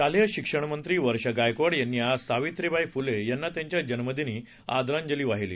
शालेय शिक्षणमंत्री वर्षा गायकवाड यांनी आज सावित्रीबाई फुले यांना त्यांच्या जन्मदिनी आदरांजली वाहिली